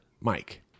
Mike